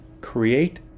create